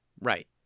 Right